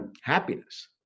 happiness